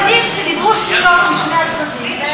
ילדים שדיברו שטויות משני הצדדים.